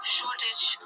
Shortage